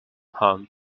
home